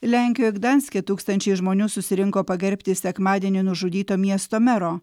lenkijoje gdanske tūkstančiai žmonių susirinko pagerbti sekmadienį nužudyto miesto mero